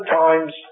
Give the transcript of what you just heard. times